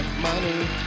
money